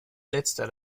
letzter